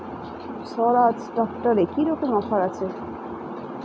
স্বরাজ ট্র্যাক্টরে কি রকম অফার আছে?